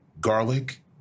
garlic